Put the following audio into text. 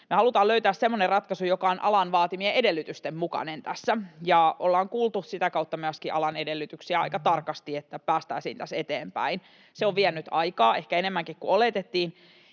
Me halutaan löytää semmoinen ratkaisu, joka on alan vaatimien edellytysten mukainen tässä, ja ollaan kuultu sitä kautta myöskin alan edellytyksiä aika tarkasti, että päästäisiin tässä eteenpäin. Se on vienyt aikaa, ehkä enemmänkin kuin oletettiin,